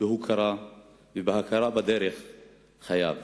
בהוקרה ובהכרה בדרך חייו.